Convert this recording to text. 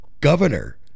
governor